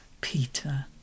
Peter